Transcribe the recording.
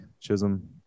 Chisholm